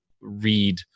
read